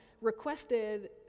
requested